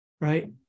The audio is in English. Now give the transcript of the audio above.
right